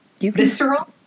visceral